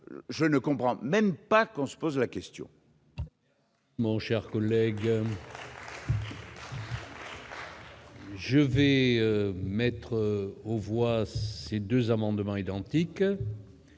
je ne comprends même pas que l'on se pose la question